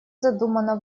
задумана